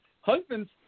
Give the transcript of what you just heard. Husbands